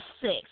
six